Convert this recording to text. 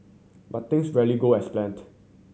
but things rarely go as planned